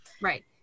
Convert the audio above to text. Right